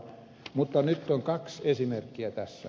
mutta nyt on kaksi esimerkkiä tässä